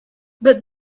but